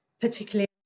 particularly